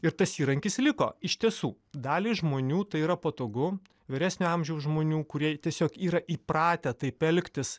ir tas įrankis liko iš tiesų daliai žmonių tai yra patogu vyresnio amžiaus žmonių kurie tiesiog yra įpratę taip elgtis